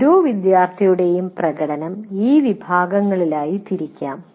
ഓരോ വിദ്യാർത്ഥിയുടെയും പ്രകടനം ഈ വിഭാഗങ്ങളായി തിരിക്കാം